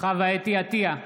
חוה אתי עטייה,